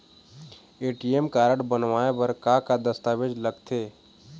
ATM card बनवाए बर का का दस्तावेज लगथे?